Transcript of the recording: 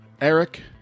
eric